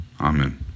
Amen